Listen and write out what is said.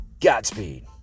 Godspeed